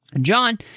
John